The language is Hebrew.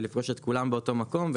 ולפגוש את כולם באותו מקום.